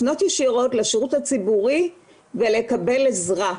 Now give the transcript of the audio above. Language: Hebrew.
לפנות ישירות לשירות הציבורי ולקבל עזרה.